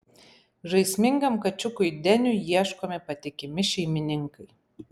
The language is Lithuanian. žaismingam kačiukui deniui ieškomi patikimi šeimininkai